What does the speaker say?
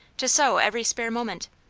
to sew every spare moment,